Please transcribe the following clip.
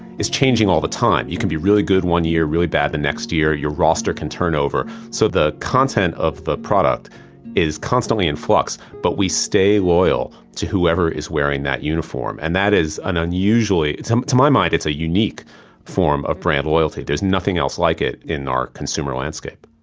is changing all the time. you can be really good one year, really bad the next year, your roster can turn over. so the content of the product is constantly in flux, but we stay loyal to whoever is wearing that uniform. and that is an unusually, um to my mind it's a unique form of brand loyalty, there is nothing else like it, in our consumer landscape.